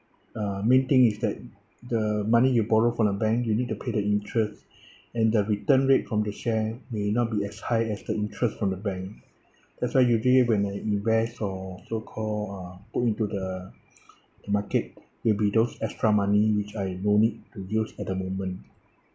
uh main thing is that the money you borrow from the bank you need to pay the interest and the return rate rate from the share may not be as high as the interest from the bank that's why usually when I invest or so-called uh put into the market will be those extra money which I don't need to use at the moment